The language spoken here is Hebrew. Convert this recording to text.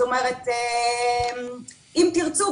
אם תרצו,